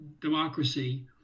democracy